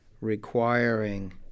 requiring